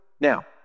Now